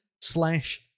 slash